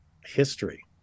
history